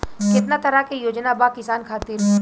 केतना तरह के योजना बा किसान खातिर?